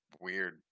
weird